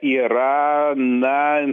yra na